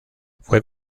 fue